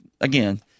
again